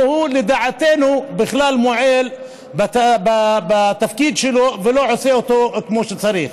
והוא לדעתנו בכלל מועל בתפקיד שלו ולא עושה אותו כמו שצריך.